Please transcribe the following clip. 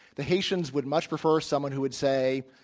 the haitians would much prefer someone who would say,